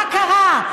מה קרה?